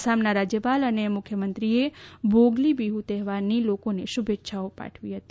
આસામના રાજ્યપાલ અને મુખ્યમંત્રીએ ભોગલી બિહ્ તહેવારની લોકોને શુભેચ્છાઓ પાઠવી છે